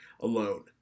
alone